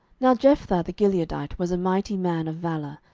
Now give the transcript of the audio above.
now jephthah the gileadite was a mighty man of valour,